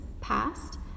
past